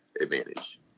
advantage